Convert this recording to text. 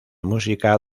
música